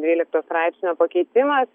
dvylikto straipsnio pakeitimas